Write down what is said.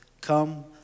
come